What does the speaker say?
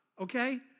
okay